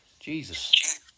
Jesus